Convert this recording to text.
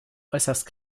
äußerst